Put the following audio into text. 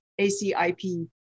ACIP